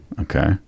Okay